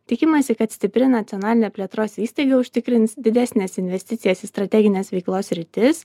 tikimasi kad stipri nacionalinė plėtros įstaiga užtikrins didesnes investicijas į strategines veiklos sritis